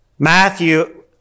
Matthew